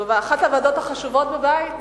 שזאת אחת הוועדות החשובות בבית,